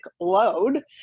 load